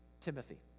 Timothy